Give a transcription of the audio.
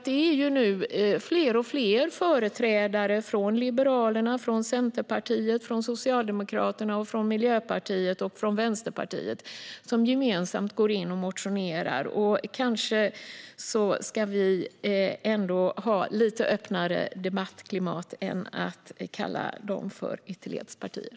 Det är fler och fler företrädare för Liberalerna, för Centerpartiet, för Socialdemokraterna, för Miljöpartiet och för Vänsterpartiet som gemensamt har motionerat. Vi ska kanske ha lite öppnare debattklimat än att kalla dessa för ytterlighetspartier.